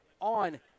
on